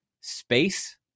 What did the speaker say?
space